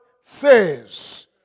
says